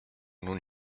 nun